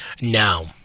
Now